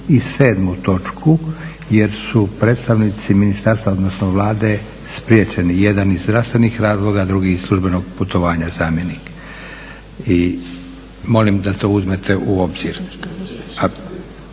i 7. točku jer su predstavnici ministarstva odnosno Vlade spriječeni, jedan iz zdravstvenih razloga, a drugi službenog putovanja zamjenika. Molim da to uzmete u obzir.